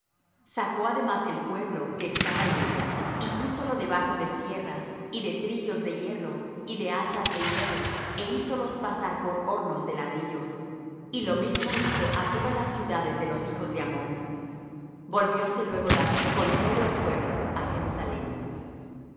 sacó además el pueblo que estaba en ella y púsolo debajo de sierras y de trillos de hierro y de hachas de hierro é hízolos pasar por hornos de ladrillos y lo mismo hizo á todas las ciudades de los hijos de ammón volvióse luego david con todo el pueblo á jerusalem